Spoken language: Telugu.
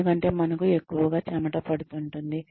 ఎందుకంటే మనకు ఎక్కువగా చెమట పడుతుంటుంది